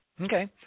Okay